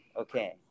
okay